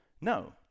No